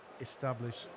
establish